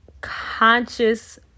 conscious